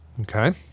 Okay